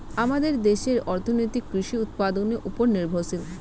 আমাদের দেশের অর্থনীতি কৃষি উৎপাদনের উপর নির্ভরশীল